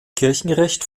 kirchenrecht